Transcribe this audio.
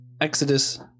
Exodus